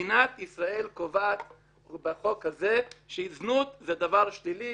מדינת ישראל קובעת בחוק הזה שזנות זה דבר שלילי,